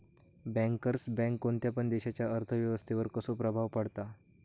Bankers bank कोणत्या पण देशाच्या अर्थ व्यवस्थेवर कसो प्रभाव पाडता?